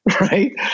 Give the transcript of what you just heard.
Right